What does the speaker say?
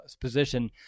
position